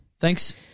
Thanks